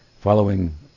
following